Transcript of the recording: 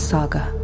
Saga